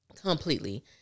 completely